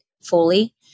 fully